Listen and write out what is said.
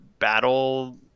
battle